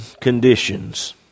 conditions